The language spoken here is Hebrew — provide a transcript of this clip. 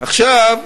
עכשיו,